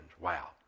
Wow